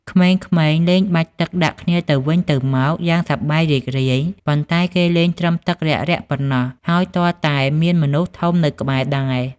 ក្មេងៗលេងបាចទឹកដាក់គ្នាទៅវិញទៅមកយ៉ាងសប្បាយរីករាយ ប៉ុន្តែគេលេងត្រឹមទឹករ៉ាក់ៗប៉ុណ្ណោះ ហើយទាល់តែមានមនុស្សធំនៅក្បែរដែរ។